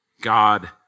God